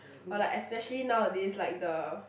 or like especially nowadays like the